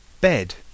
Bed